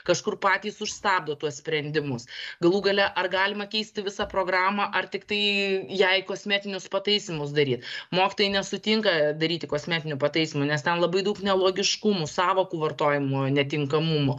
kažkur patys užstabdo tuos sprendimus galų gale ar galima keisti visą programą ar tiktai jai kosmetinius pataisymus daryt mokytojai nesutinka daryti kosmetinių pataisymų nes ten labai daug nelogiškumų sąvokų vartojimo netinkamumo